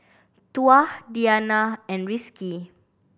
Tuah Diyana and Rizqi